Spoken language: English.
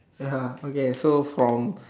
ya okay so from